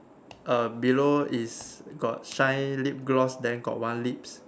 uh below is got shine lip gloss then got one lips